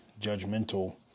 judgmental